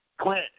Clint